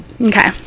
okay